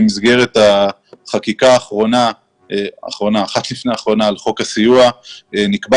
במסגרת החקיקה האחת לפני אחרונה על חוק הסיוע נקבע